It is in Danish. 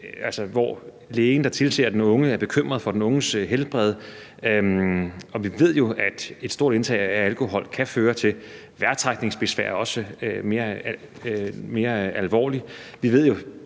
hvor lægen, der tilser den unge, er bekymret for den unges helbred, og vi ved jo, at et stort indtag af alkohol kan føre til vejrtrækningsbesvær, også mere alvorligt.